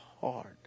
hard